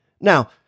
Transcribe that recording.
Now